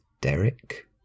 Derek